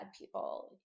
people